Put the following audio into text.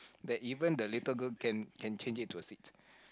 that even the little girl can can change it to a seat